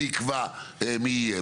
מי יקבע מי יהיה?